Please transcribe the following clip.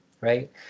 right